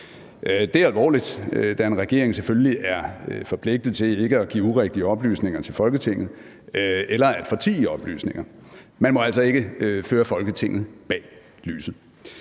Det er alvorligt, da en regering selvfølgelig er forpligtet til ikke at give urigtige oplysninger til Folketinget eller fortie oplysninger. Man må altså ikke føre Folketinget bag lyset.